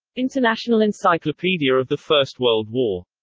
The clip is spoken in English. international encyclopedia of the first world war.